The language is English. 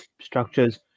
structures